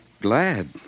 glad